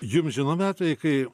jums žinomi atvejai kai